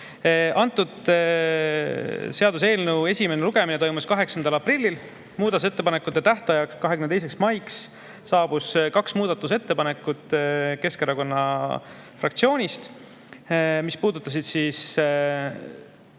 400. Seaduseelnõu esimene lugemine toimus 8. aprillil, muudatusettepanekute tähtajaks, 22. maiks saabus kaks muudatusettepanekut Keskerakonna fraktsioonilt, mis puudutasid